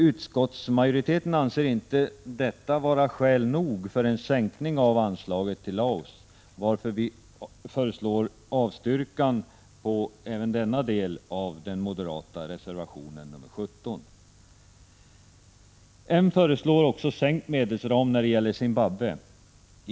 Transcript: Utskottsmajoriteten anser icke detta vara skäl nog för en sänkning av biståndsanslaget till Laos, varför vi föreslår avslag på även denna del av den moderata reservationen nr 17. Moderaterna föreslår sänkt medelsram också när det gäller Zimbabwe.